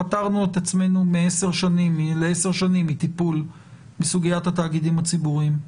פטרנו את עצמנו לעשר שנים מטיפול בסוגיית התאגידים הציבוריים.